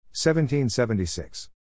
1776